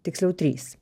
tiksliau trys